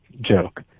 joke